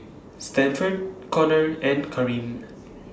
Stanford Conor and Kareem